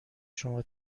شما